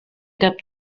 cap